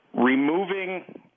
removing